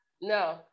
no